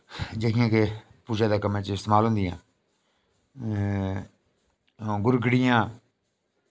जेह्कियां के पूजा दे कम्मे इस्तेमाल होन्दियां गुरकड़िया